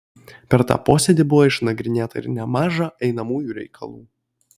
per tą posėdį buvo išnagrinėta ir nemaža einamųjų reikalų